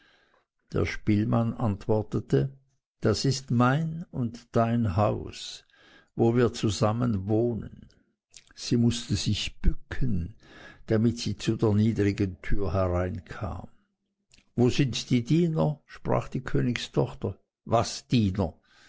der spielmann antwortete das ist mein und dein haus wo wir zusammen wohnen sie mußte sich bücken damit sie zu der niedrigen tür hineinkam wo sind die diener sprach die königstochter was diener